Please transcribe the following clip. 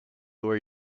where